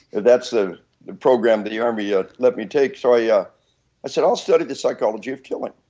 that's the the program that the army ah let me take. so i yeah i said i will study the psychology of killing